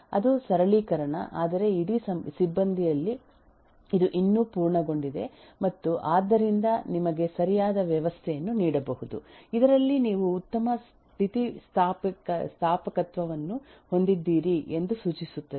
ಅದು ಸರಳೀಕರಣ ಆದರೆ ಇಡೀ ಸಿಬ್ಬಂದಿಯಲ್ಲಿ ಇದು ಇನ್ನೂ ಪೂರ್ಣಗೊಂಡಿದೆ ಮತ್ತು ಆದ್ದರಿಂದ ನಿಮಗೆ ಸರಿಯಾದ ವ್ಯವಸ್ಥೆಯನ್ನು ನೀಡಬಹುದು ಇದರಲ್ಲಿ ನೀವು ಉತ್ತಮ ಸ್ಥಿತಿಸ್ಥಾಪಕತ್ವವನ್ನು ಹೊಂದಿದ್ದೀರಿ ಎಂದು ಸೂಚಿಸುತ್ತದೆ